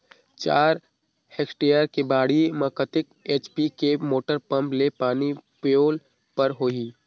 चार हेक्टेयर के बाड़ी म कतेक एच.पी के मोटर पम्म ले पानी पलोय बर होही?